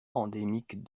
endémique